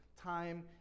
Time